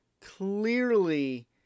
clearly